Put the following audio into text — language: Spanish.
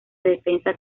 defensa